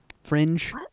Fringe